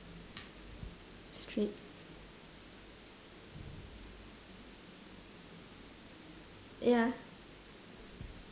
straight ya